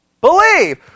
believe